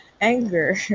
anger